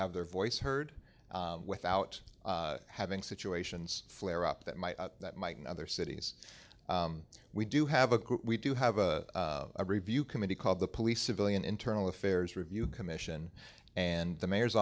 have their voice heard without having situations flare up that might that might and other cities we do have a we do have a review committee called the police civilian internal affairs review commission and the mayor's